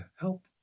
help